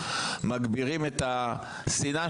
מגבירים את השנאה,